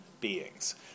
beings